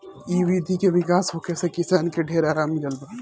ए विधि के विकास होखे से किसान के ढेर आराम मिलल बा